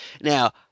Now